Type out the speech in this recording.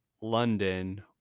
London